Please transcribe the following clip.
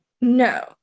No